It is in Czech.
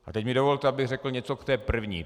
A teď mi dovolte, abych řekl něco k té první.